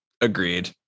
agreed